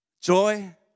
joy